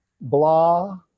blah